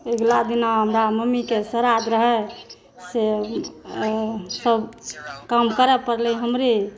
अगिला महिना हमर मम्मीके श्राद्ध रहै से सभ काम करय परलै हमरे